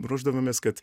ruošdavomės kad